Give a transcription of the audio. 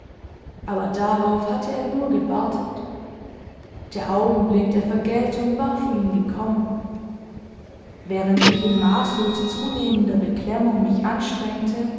aber darauf hatte er nur gewartet der augenblick der vergeltung war für ihn gekommen während ich in maßlos zunehmender beklemmung mich anstrengte